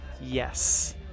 Yes